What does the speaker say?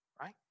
Right